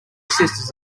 sisters